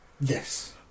Yes